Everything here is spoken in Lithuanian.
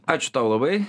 ačiū tau labai